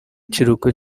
kiruhuko